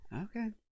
okay